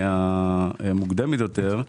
מן המוקדמת יותר,